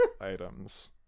items